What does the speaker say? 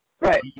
Right